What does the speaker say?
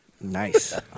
Nice